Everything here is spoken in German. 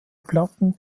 platten